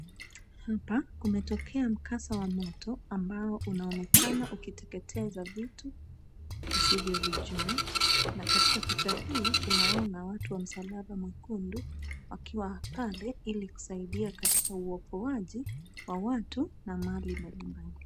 Hapa kumetokea mkasa wa moto ambao unaonekana ukiteketeza vitu tusivyovijua na katika picha hii tunaona watu wa msalaba mwekundu wakiwa pale ili kusaidia katika uokoaji wa watu na mali mbalimbali.